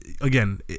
again